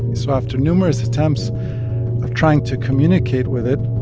so after numerous attempts of trying to communicate with it.